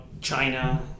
China